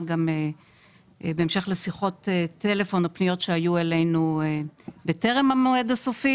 גם בהמשך לשיחות טלפון או פניות שהיו אלינו בטרם המועד הסופי